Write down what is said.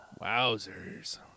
Wowzers